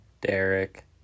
Derek